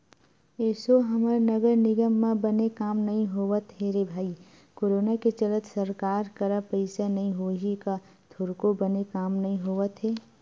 एसो हमर नगर निगम म बने काम नइ होवत हे रे भई करोनो के चलत सरकार करा पइसा नइ होही का थोरको बने काम नइ होवत हे